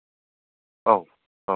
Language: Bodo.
औ औ औ